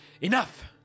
enough